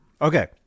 Okay